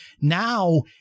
now